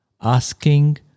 asking